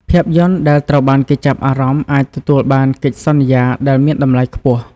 ភាពយន្តដែលត្រូវបានគេចាប់អារម្មណ៍អាចទទួលបានកិច្ចសន្យាដែលមានតម្លៃខ្ពស់។